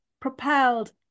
propelled